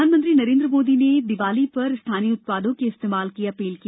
प्रधानमंत्री नरेन्द्र मोदी ने दीपावली पर स्थानीय उत्पादों के इस्तेमाल की अपील की